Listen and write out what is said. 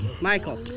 Michael